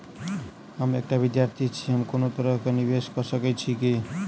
हम एकटा विधार्थी छी, हम कोनो तरह कऽ निवेश कऽ सकय छी की?